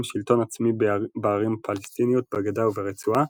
שלטון עצמי בערים הפלסטיניות בגדה וברצועה,